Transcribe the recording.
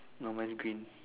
no wearing green